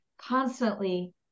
constantly